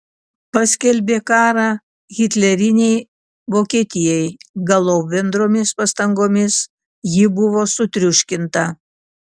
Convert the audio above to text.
paskelbė karą hitlerinei vokietijai galop bendromis pastangomis ji buvo sutriuškinta